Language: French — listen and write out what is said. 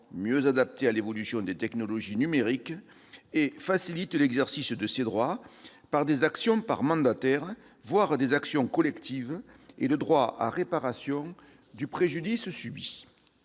mieux adaptés à l'évolution des technologies numériques et facilite l'exercice de ces droits par des actions par mandataire, voire par des actions collectives, tout en promouvant le droit à réparation du préjudice subi.